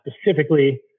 specifically